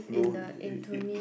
no you you you get